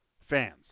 fans